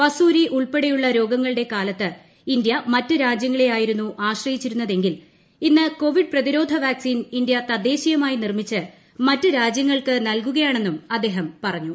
വസൂരി ഉൾപ്പെടെയുള്ള രോഗങ്ങളുടെ കാലത്ത് ഇന്തൃ മറ്റ് രാജ്യങ്ങളെ ആയിരുന്നു അശ്രയിച്ചിരുന്നതെങ്കിൽ ഇന്ന് കോവിഡ് പ്രതിരോധ വാക്സിൻ ഇന്ത്യ തദ്ദേശീയമായി നിർമിച്ച് മറ്റ് രാജ്യങ്ങൾക്ക് നൽകുകയാണെന്നും അദ്ദേഹം പറഞ്ഞു